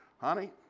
Honey